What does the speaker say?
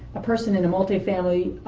a person in a multifamily,